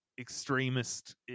extremist